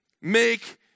make